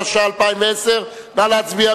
התש"ע 2010. נא להצביע,